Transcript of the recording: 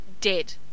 dead